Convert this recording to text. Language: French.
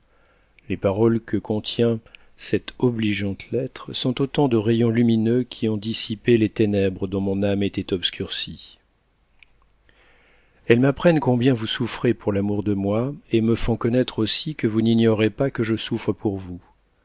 les paroles que contient cette obligeante lettre sont autant de rayons lumineux qui ont dissipé les ténèbres dont mon âme était obscurcie elles m'apprennent combien vous souffrez pour l'amour de moi et me font connaître aussi que vous n'ignorez pas que je souffre pour vous